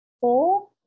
four